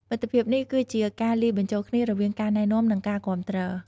មិត្តភាពនេះ គឺជាការលាយបញ្ចូលគ្នារវាងការណែនាំ និងការគាំទ្រ។